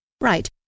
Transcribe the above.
Right